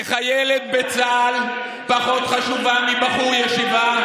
שחיילת בצה"ל פחות חשובה מבחור ישיבה,